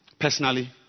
Personally